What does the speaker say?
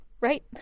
right